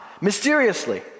mysteriously